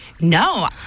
No